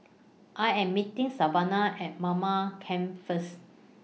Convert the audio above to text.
I Am meeting Savana At Mamam Campsite First